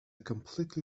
completely